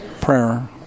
prayer